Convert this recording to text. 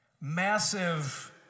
massive